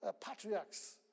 patriarchs